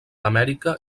amèrica